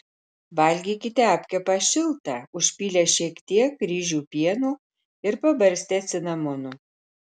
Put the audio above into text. valgykite apkepą šiltą užpylę šiek tiek ryžių pieno ir pabarstę cinamonu